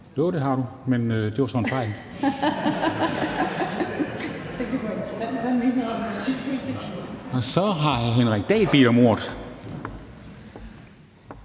det har du, men det var så en fejl. Så har hr. Henrik Dahl bedt om ordet.